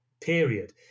period